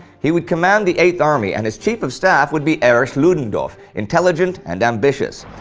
he would command the eighth army and his chief of staff would be erich ludendorff, intelligent and ambitious.